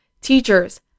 Teachers